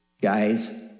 guys